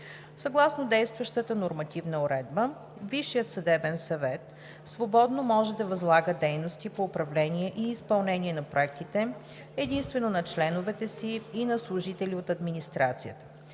Съгласно действащата нормативна уредба Висшият съдебен съвет свободно може да възлага дейности по управление и изпълнение на проектите единствено на членовете си и на служители от администрацията.